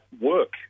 work